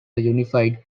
unified